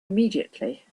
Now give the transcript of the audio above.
immediately